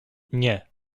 nie